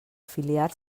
afiliar